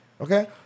Okay